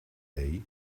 day